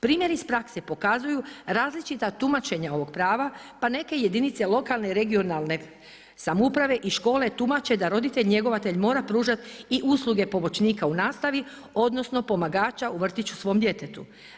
Primjer iz prakse pokazuju različita tumačenja ovog prava, pa neke jedinice lokalne i regionalne samouprave i škole, tumače da roditelj, njegovatelj mora pružati i usluge pomoćnika u nastavi, odnosno, pomagača u vrtiću svom djetetu.